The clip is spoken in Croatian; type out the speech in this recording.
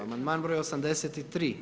Amandman broj 83.